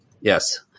Yes